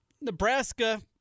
Nebraska